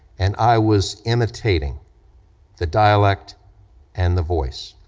and i was imitating the dialect and the voice.